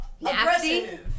aggressive